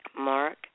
Mark